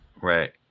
right